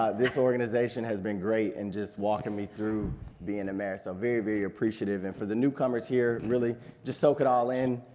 ah this organization has been great, and just walking me through being a mayor, so very, very appreciative, and for the newcomers here, really just soak it all in.